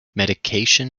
medication